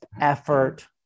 effort